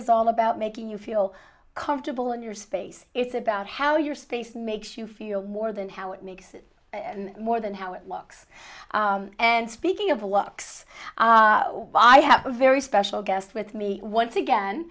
is all about making you feel comfortable in your space it's about how your space makes you feel more than how it makes it more than how it looks and speaking of looks i have a very special guest with me once again